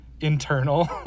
internal